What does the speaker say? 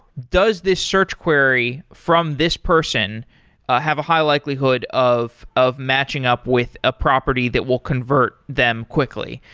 does this search query from this person have a high likelihood of of matching up with a property that will convert them quickly?